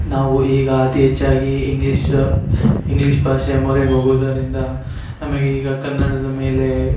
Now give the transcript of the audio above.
ನಾವು ಈಗ ಅತಿ ಹೆಚ್ಚಾಗಿ ಇಂಗ್ಲೀಷ್ ಇಂಗ್ಲೀಷ್ ಭಾಷಾ ಮೊರೆ ಹೋಗುವುದರಿಂದ ನಮಗೆ ಈಗ ಕನ್ನಡದ ಮೇಲೆ